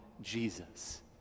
Jesus